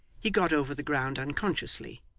he got over the ground unconsciously,